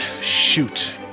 shoot